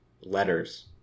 letters